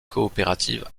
coopératives